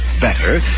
better